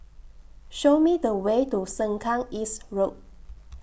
Show Me The Way to Sengkang East Road